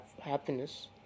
happiness